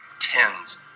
Tens